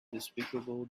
despicable